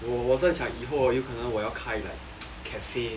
我我在想以后哦有可能我要开 like cafe